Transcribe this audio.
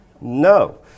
No